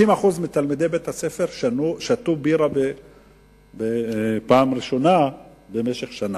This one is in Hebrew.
50% מתלמידי בתי-הספר שתו בירה בפעם הראשונה השנה.